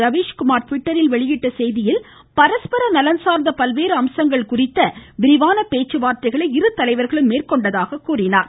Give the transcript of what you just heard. ரவீஷ்குமார் ட்விட்டரில் வெளியிட்ட செய்தியில் பரஸ்பர நலன் சார்ந்த பல்வேறு அம்சங்கள் குறித்து விரிவான பேச்சுவார்த்தைகளை இரு தலைவர்களும் மேற்கொண்டதாக குறிப்பிட்டார்